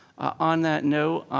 on that note,